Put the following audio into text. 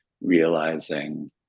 realizing